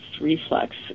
reflex